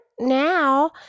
now